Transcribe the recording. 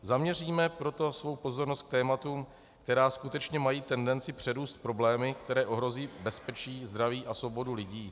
Zaměřme proto svou pozornost k tématům, která skutečně mají tendenci přerůst v problémy, které ohrozí bezpečí, zdraví a svobodu lidí.